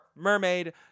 mermaid